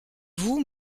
vous